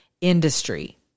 industry